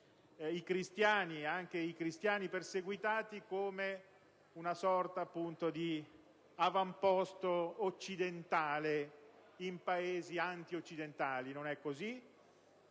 i cristiani, anche i cristiani perseguitati, come una sorta di avamposto occidentale in Paesi antioccidentali! Non è così.